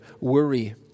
Worry